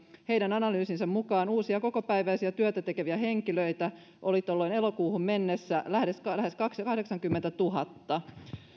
heidän analyysinsa mukaan uusia kokopäiväistä työtä tekeviä henkilöitä oli tuolloin elokuuhun mennessä lähes kahdeksankymmentätuhatta